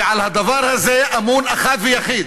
ועל הדבר הזה אמון אחד ויחיד,